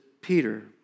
Peter